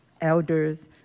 elders